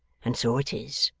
and so it is.